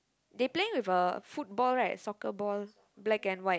they play with a football right soccer ball black and white